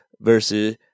versus